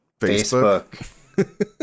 facebook